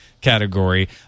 category